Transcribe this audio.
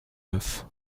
neuf